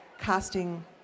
casting